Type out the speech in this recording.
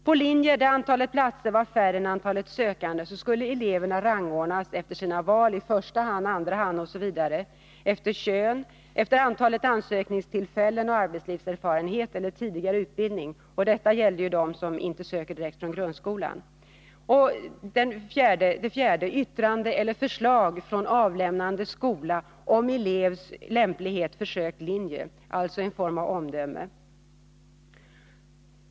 På linjer där antalet platser var mindre än antalet sökande skulle eleverna rangordnas efter sina val i första hand, andra hand etc., efter kön, efter antalet ansökningstillfällen och arbetslivserfarenhet eller tidigare utbildning — detta gällde dem som inte sökte direkt från grundskolan — och efter yttrande eller förslag från avlämnande skola om elevs lämplighet för sökt linje, alltså en form av omdöme.